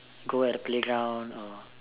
go at the playground or